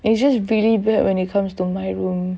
it's just really bad when it comes to my room